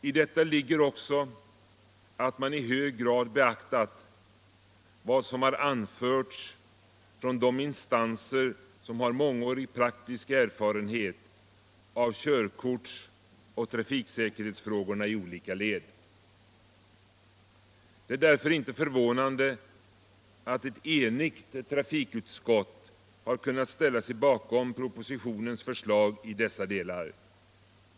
I detta ligger också att man i hög grad beaktat vad som anförts från de instanser som har mångårig praktisk erfarenhet av körkortsoch trafiksäkerhetsfrågorna i olika led. Det är därför inte förvånande att ett enigt trafikutskott har kunnat ställa sig bakom propositionens förslag i dessa delar.